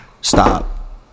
Stop